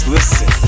Listen